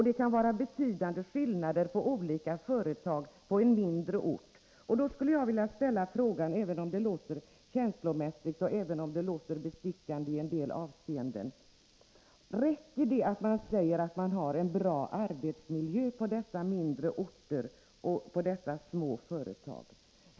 Det kan vara betydande skillnader i olika företag på en mindre ort. Jag skulle vilja ställa en fråga, även om det låter känslomässigt och bestickande i en del avseenden: Räcker det att säga att man har en bra arbetsmiljö på dessa mindre orter och i dessa små företag?